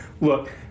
Look